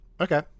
Okay